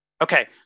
Okay